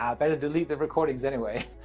ah better delete the recordings anyway,